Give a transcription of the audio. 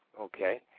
okay